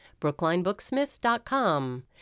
brooklinebooksmith.com